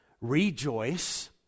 Rejoice